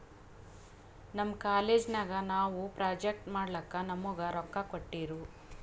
ನಮ್ ಕಾಲೇಜ್ ನಾಗ್ ನಾವು ಪ್ರೊಜೆಕ್ಟ್ ಮಾಡ್ಲಕ್ ನಮುಗಾ ರೊಕ್ಕಾ ಕೋಟ್ಟಿರು